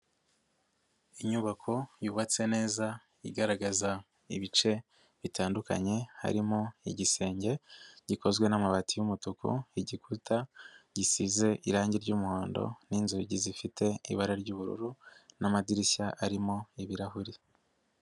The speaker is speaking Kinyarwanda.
Inyubako yubatse neza igaragaza ibice bitandukanye harimo: igisenge gikozwe n'amabati y'umutuku, igikuta gisize irangi ry'umuhondo n'inzugi zifite ibara ry'ubururu n'amadirishya arimo ibirahuri.